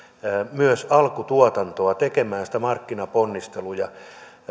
myös alkutuotantoa tekemään niitä markkinaponnisteluja